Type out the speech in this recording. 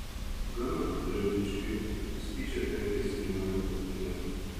gana tariau dičkiui bet jis tyčia trenkėsi į mane krūtine